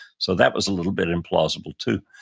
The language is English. so that was a little bit implausible, too.